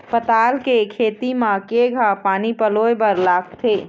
पताल के खेती म केघा पानी पलोए बर लागथे?